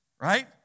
right